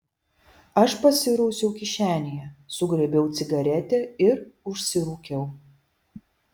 aš pasirausiau kišenėje sugraibiau cigaretę ir užsirūkiau